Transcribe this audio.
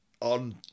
on